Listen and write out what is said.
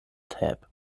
tab